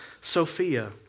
Sophia